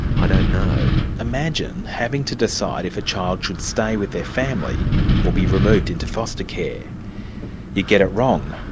ah don't know. imagine having to decide if a child should stay with their family or be removed into foster care you'd get it wrong.